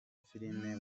filime